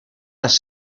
las